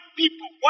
people